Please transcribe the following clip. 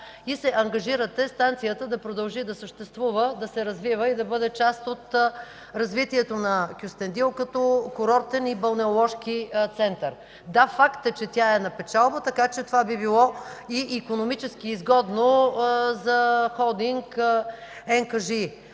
и се ангажирате станцията да продължи да съществува, да се развива и да бъде част от развитието на Кюстендил като курортен и балнеоложки център. Да, факт е, че тя е на печалба, така че това би било и икономически изгодно за Холдинг НКЖИ.